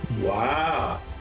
Wow